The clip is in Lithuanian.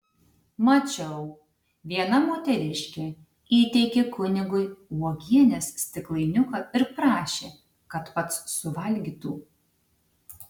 mačiau viena moteriškė įteikė kunigui uogienės stiklainiuką ir prašė kad pats suvalgytų